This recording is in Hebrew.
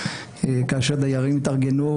כאשר דיירים התארגנו,